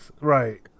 right